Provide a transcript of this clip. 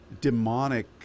demonic